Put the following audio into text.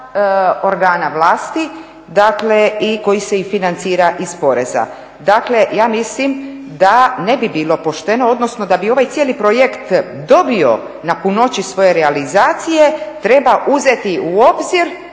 organa vlasti, dakle koji se i financira iz poreza. Dakle, ja mislim da ne bi bilo pošteno odnosno da bi ovaj cijeli projekt dobio na punoći svoje realizacije treba uzeti u obzir